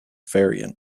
variant